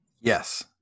Yes